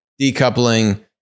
decoupling